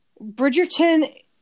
bridgerton